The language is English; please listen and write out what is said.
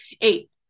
eight